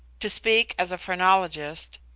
to speak as a phrenologist,